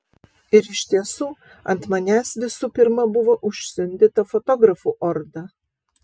ir iš tiesų ant manęs visų pirma buvo užsiundyta fotografų orda